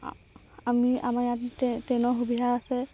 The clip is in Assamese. আ আমি আমাৰ ইয়াত টে ট্ৰেইনৰ সুবিধা আছে